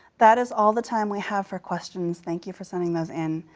that is all the time we have for questions. thank you for sending those in.